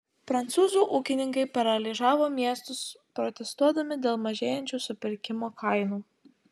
prancūzų ūkininkai paralyžiavo miestus protestuodami dėl mažėjančių supirkimo kainų